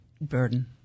burden